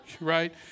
right